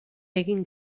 egin